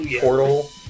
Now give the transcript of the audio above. portal